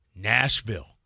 Nashville